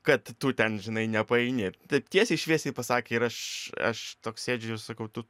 kad tu ten žinai nepaeini taip tiesiai šviesiai pasakė ir aš aš toks sėdžiu ir sakau tu